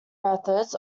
methods